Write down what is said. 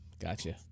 Gotcha